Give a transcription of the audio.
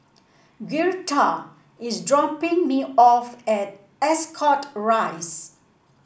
Girtha is dropping me off at Ascot Rise